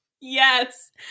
Yes